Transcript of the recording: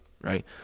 right